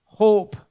hope